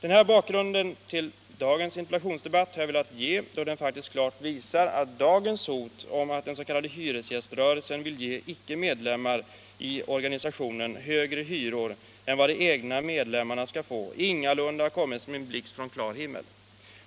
Denna bakgrund till dagens interpellationsdebatt har jag velat ge då den faktiskt klart visar att dagens hot om att den s.k. hyresgäströrelsen vill ge icke medlemmar i organisationen högre hyror än vad de egna medlemmarna skall få ingalunda har kommit som en blixt från klar himmel.